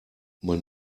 man